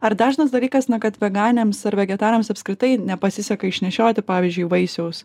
ar dažnas dalykas na kad veganėms ar vegetarams apskritai nepasiseka išnešioti pavyzdžiui vaisiaus